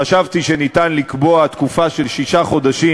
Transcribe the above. חשבתי שאפשר לקבוע תקופה של שישה חודשים,